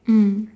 mm